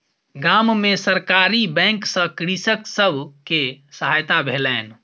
गाम में सरकारी बैंक सॅ कृषक सब के सहायता भेलैन